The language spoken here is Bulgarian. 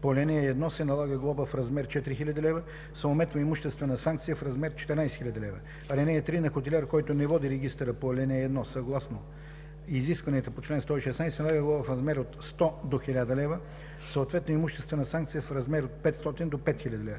по ал. 1 се налага глоба в размер 4000 лв., съответно имуществена санкция в размер 14 000 лв. (3) На хотелиер, който не води регистъра по ал. 1 съгласно изискванията на чл. 116, се налага глоба в размер от 100 до 1000 лв., съответно имуществена санкция в размер от 500 до 5000 лв. (4)